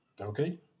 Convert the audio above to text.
okay